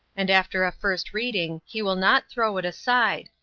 and after a first reading he will not throw it aside,